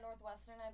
Northwestern